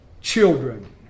children